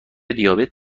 دیابت